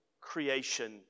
creation